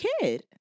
kid